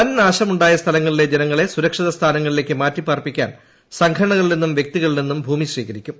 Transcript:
വൻനാശമുണ്ടായ സ്ഥലങ്ങളിലെ ജനങ്ങളെ സുരക്ഷിതസ്ഥാനങ്ങളിലേക്ക് മാറ്റിപ്പാർപ്പിക്കാൻ സംഘടനകളിൽനിന്നും വ്യക്തികളിൽനിന്നും ഭൂമി സ്വീകരിക്കും